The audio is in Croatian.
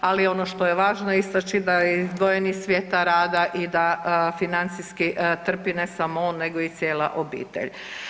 Ali ono što je važno istaći da je izdvojen iz svijeta rada i da financijski trpi ne samo on nego i cijela obitelj.